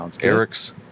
Eric's